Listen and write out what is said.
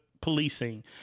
policing